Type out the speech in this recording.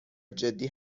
جدی